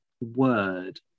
word